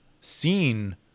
seen